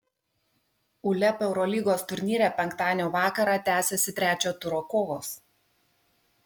uleb eurolygos turnyre penktadienio vakarą tęsiasi trečio turo kovos